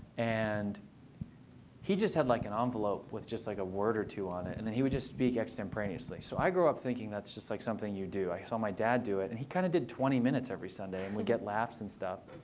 and he just had like an envelope with just like a word or two on it. and then he would just speak extemporaneously. so i grew up thinking that's just like something you do. i saw my dad do it. and he kind of did twenty minutes every sunday and would get laughs and stuff.